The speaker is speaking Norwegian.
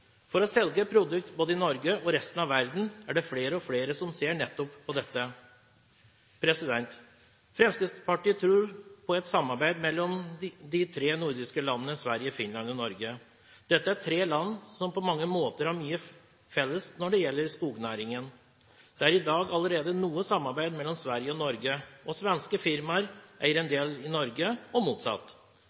For å selge et produkt i både Norge og resten av verden er det flere og flere som ser nettopp på dette. Fremskrittspartiet tror på et samarbeid mellom de tre nordiske landene Sverige, Finland og Norge. Dette er tre land som på mange måter har mye felles når det gjelder skognæringen. Det er i dag allerede noe samarbeid mellom Sverige og Norge, og svenske firmaer eier en del i Norge og motsatt.